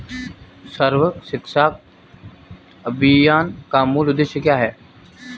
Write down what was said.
सर्व शिक्षा अभियान का मूल उद्देश्य क्या है?